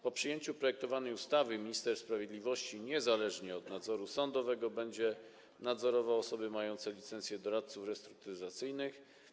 Po przyjęciu projektowanej ustawy minister sprawiedliwości niezależnie od nadzoru sądowego będzie nadzorował osoby mające licencję doradców restrukturyzacyjnych.